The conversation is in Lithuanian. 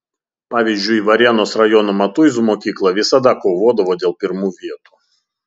pavyzdžiui varėnos rajono matuizų mokykla visada kovodavo dėl pirmų vietų